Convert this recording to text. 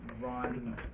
run